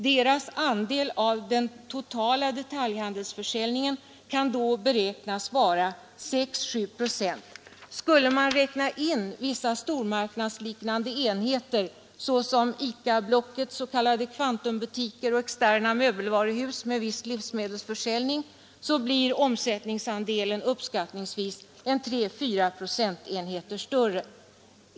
Deras andel av den totala detaljhandelsförsäljningen kan då beräknas bli 6—7 procent. Skulle man räkna in vissa stormarknadsliknande enheter, såsom ICA-blockets s.k. Kvantumbutiker och externa möbelvaruhus med viss livsmedelsförsäljning blir omsättningsandelen uppskattningsvis 3—4 enheter större.